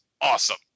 awesome